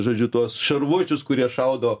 žodžiu tuos šarvuočius kurie šaudo